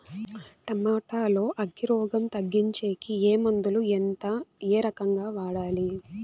Tomato లో అగ్గి రోగం తగ్గించేకి ఏ మందులు? ఎంత? ఏ రకంగా వాడాలి?